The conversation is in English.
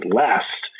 last